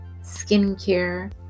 Skincare